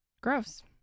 gross